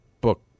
book